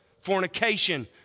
fornication